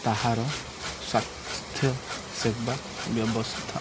ତାହାର ସ୍ୱାସ୍ଥ୍ୟ ସେବା ବ୍ୟବସ୍ଥା